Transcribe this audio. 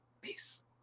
Peace